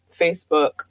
Facebook